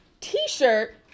t-shirt